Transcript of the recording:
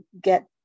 get